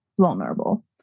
vulnerable